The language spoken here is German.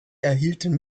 erhielten